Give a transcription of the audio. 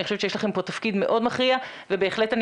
אני חושבת שיש לכם פה תפקיד מאוד מכריע ובהחלט אני